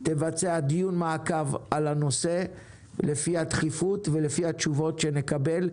תבצע דיון מעקב על הנושא לפי הדחיפות ולפי התשובות שנקבל.